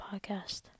podcast